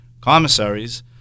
commissaries